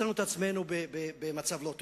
מצאנו את עצמנו במצב לא טוב.